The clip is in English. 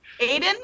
Aiden